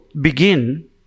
begin